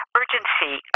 urgency